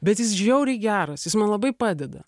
bet jis žiauriai geras jis man labai padeda